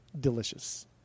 delicious